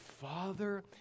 father